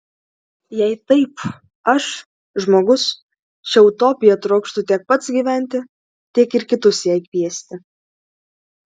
jei taip aš žmogus šia utopija trokštu tiek pats gyventi tiek ir kitus jai kviesti